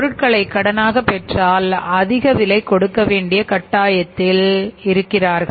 பொருட்களை கடனாக பெற்றால் அதிக விலை கொடுக்க வேண்டிய கட்டாயத்தில் இருக்கிறார்